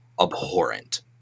abhorrent